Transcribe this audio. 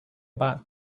about